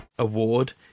Award